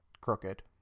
crooked